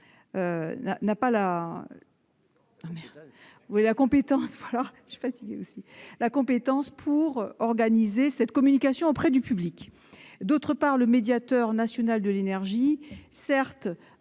n'avait pas compétence pour organiser cette communication auprès du public. Par ailleurs, le médiateur national de l'énergie a certes